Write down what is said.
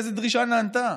איזו דרישה נענתה.